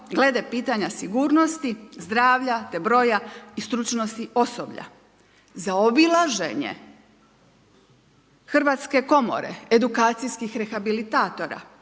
glede pitanja sigurnosti, zdravlja te broja i stručnosti osoblja. Zaobilaženje Hrvatske komore, edukacijskih rehabilitatora